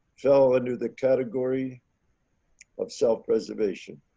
so under the category of self preservation,